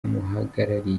muhagarariye